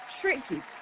tricky